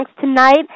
tonight